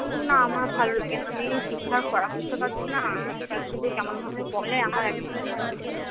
না আমার ভালো লাগে না আমি ঠিকঠাক পড়া করতে পারছি না আর স্যার শুধু কেমনভাবে বলে আমার একদম ভালো লাগছে না